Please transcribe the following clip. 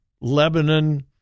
Lebanon